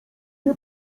nie